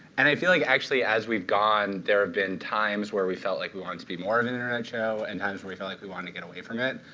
and i feel like actually as we've gone there have been times where we felt like we wanted to be more of an internet show, and times where we felt like we wanted to get away from it.